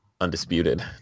Undisputed